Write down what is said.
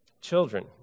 Children